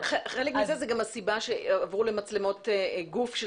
אבל חלק מזה זה גם הסיבה שעברו למצלמות גוף כי